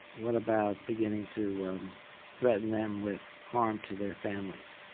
what about beginning to threaten them with harm to their families